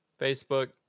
Facebook